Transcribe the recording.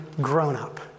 grown-up